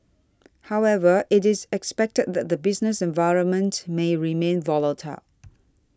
however it is expected that the business environment may remain volatile